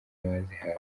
abazihawe